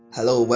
Hello